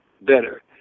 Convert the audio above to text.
better